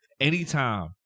Anytime